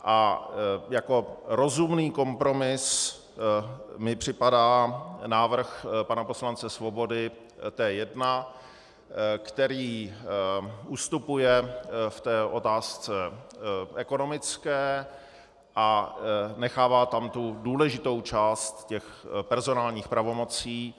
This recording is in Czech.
A jako rozumný kompromis mi připadá návrh pana poslance Svobody T1, který ustupuje v otázce ekonomické a nechává tam tu důležitou část personálních pravomocí.